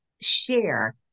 share